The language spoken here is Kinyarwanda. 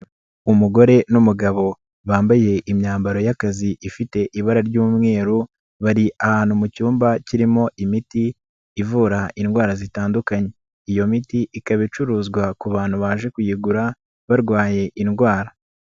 Umugore n'umugabo bambaye imyambaro y'akazi ifite ibara ry'umweru bari ahantu mu cyumba kirimo imiti ivura indwara zitandukanye, iyo miti ikaba icuruzwa ku bantu baje kuyigura barwaye indwara.